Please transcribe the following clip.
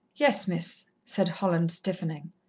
yes, miss, said holland, stiffening.